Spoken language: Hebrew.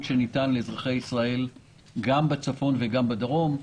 שניתן לאזרחי ישראל גם בצפון וגם בדרום.